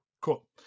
Cool